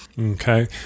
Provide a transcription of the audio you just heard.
okay